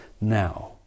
now